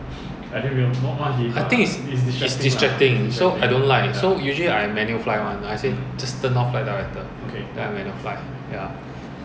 ya because there is a circuit checklist ya